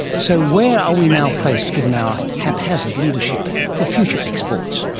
so, where are we now placed, given our haphazard leadership, for future exports?